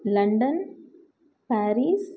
London Paris